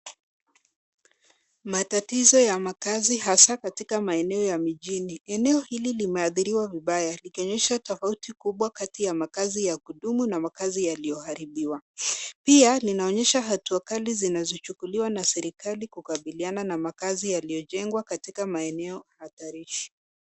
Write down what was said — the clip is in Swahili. Matatizo ya makazi hasa katika maeneo la mijini. Eneo hili limeadhiriwa vibaya likionyesha tofauti kubwa kati ya makazi ya kudumu na makazi yaliyoharibiwa. Pia linaonyesha hatua kali zinazochukuliwa na serikali kukabiliana na makazi yaliyojengwa katika maeneo hatarishi.